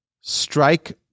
strike